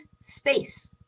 space